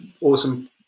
awesome